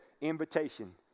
invitation